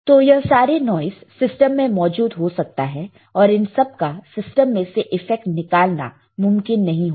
तो यह सारे नॉइस सिस्टम में मौजूद हो सकता है और इन सबका सिस्टम में से इफेक्ट निकालना मुमकिन नहीं होगा